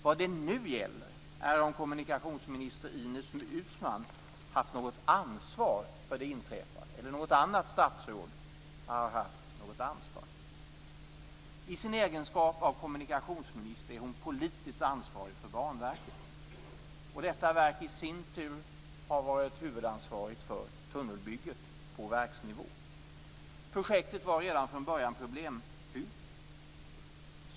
Vad det nu gäller är om kommunikationsminister Ines Uusmann eller något annat statsråd har haft något ansvar för det inträffade. I sin egenskap av kommunikationsminister är hon politiskt ansvarig för Banverket. Detta verk har i sin tur varit huvudansvarigt för tunnelbygget på verksnivå. Projektet var redan från början problemfyllt.